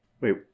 Wait